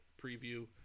preview